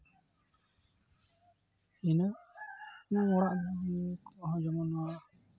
ᱤᱱᱟᱹᱜ ᱚᱲᱟᱜ ᱠᱚᱦᱚᱸ ᱡᱮᱢᱚᱱ